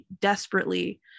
desperately